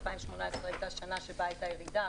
2018 הייתה שנה שבה הייתה ירידה,